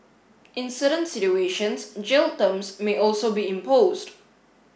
in certain situations jail terms may also be imposed